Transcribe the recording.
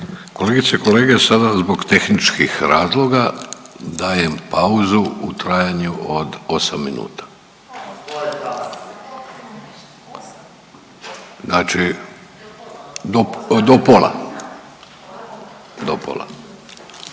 Kolegice i kolege, sada zbog tehničkih razloga dajem pauzu od 8 minuta. Znači, do pola.